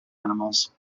animals